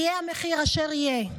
יהיה המחיר אשר יהיה.